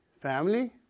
family